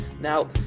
Now